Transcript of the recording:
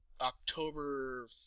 October